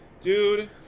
Dude